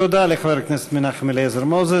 תודה לחבר הכנסת מנחם אליעזר מוזס.